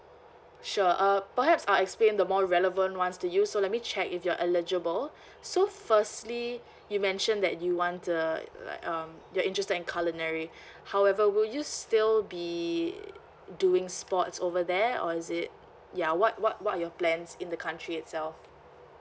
sure uh perhaps I'll explain the more relevant ones to you so let me check if you're eligible so firstly you mentioned that you want the like um you're interested in culinary however will you still be doing sports over there or is it ya what what what are your plans in the country itself